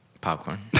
Popcorn